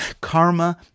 Karma